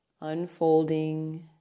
unfolding